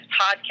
podcast